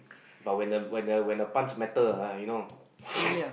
but when the when the when the punch matter ah you know